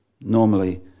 Normally